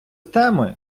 теми